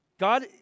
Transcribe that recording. God